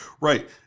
Right